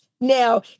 now